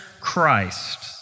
Christ